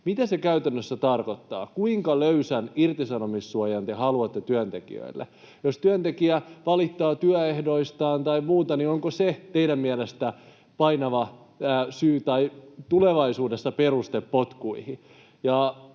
Mitä se käytännössä tarkoittaa? Kuinka löysän irtisanomissuojan te haluatte työntekijöille? Jos työntekijä valittaa työehdoistaan tai muuta, niin onko se teidän mielestänne painava syy tai tulevaisuudessa peruste potkuihin?